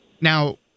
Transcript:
Now